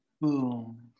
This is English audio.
boom